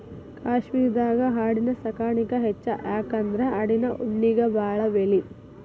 ಕಾಶ್ಮೇರದಾಗ ಆಡಿನ ಸಾಕಾಣಿಕೆ ಹೆಚ್ಚ ಯಾಕಂದ್ರ ಆಡಿನ ಉಣ್ಣಿಗೆ ಬಾಳ ಬೆಲಿ